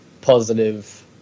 positive